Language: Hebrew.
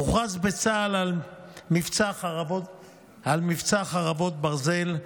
הוכרז בצה"ל על מבצע חרבות ברזל.